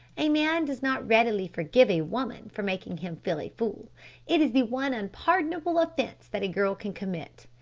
a man does not readily forgive a woman for making him feel a fool it is the one unpardonable offence that a girl can commit.